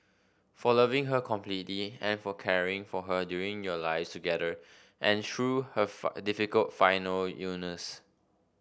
for loving her completely and for caring for her during your lives together and through her difficult final illness